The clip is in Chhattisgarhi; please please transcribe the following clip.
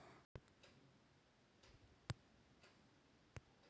अर्थबेवस्था के बारे म जानना हे त सबले पहिली अर्थसास्त्र का होथे तउन ल समझे बर परही